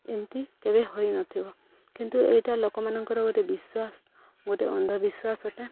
ଏମିତି କେବେ ହୋଇନଥିବ କିନ୍ତୁ ଏଇଟା ଲୋକମାନଙ୍କର ଗୋଟେ ବିଶ୍ୱାସ ଗୋଟେ ଅନ୍ଧବିଶ୍ୱାସଟା